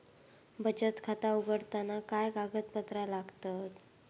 बचत खाता उघडताना काय कागदपत्रा लागतत?